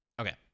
Okay